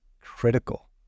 critical